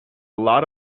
lot